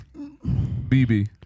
BB